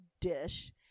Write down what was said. Dish